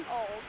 old